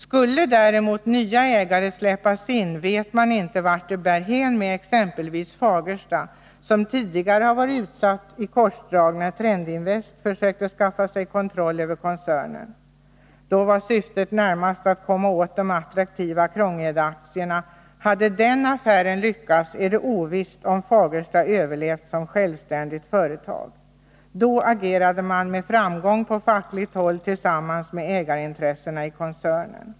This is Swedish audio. Skulle däremot nya ägare släppas in vet man inte vartåt det bär hän med exempelvis Fagersta, som tidigare varit utsatt för korsdrag när Trend-Invest försökte skaffa sig kontroll över koncernen. Syftet var då främst att komma åt de attraktiva Krångedeaktierna. Hade den affären lyckats är det ovisst om Fagersta överlevt som självständigt företag. Då agerade man med framgång på fackligt håll tillsammans med ägarintressena i koncernen.